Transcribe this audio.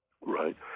Right